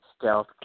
stealth